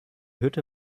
hütte